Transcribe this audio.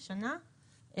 שנה,